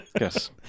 Yes